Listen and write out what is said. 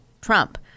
Trump